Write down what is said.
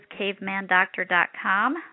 cavemandoctor.com